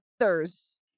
others